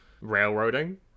railroading